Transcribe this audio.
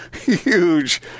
huge